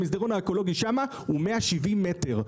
המסדרון האקולוגי שם הוא 170 מטר.